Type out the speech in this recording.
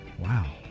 Wow